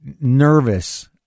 nervous